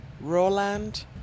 Roland